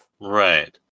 Right